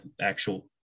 actual